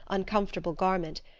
uncomfortable garment,